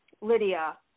Lydia